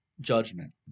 judgment